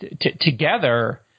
together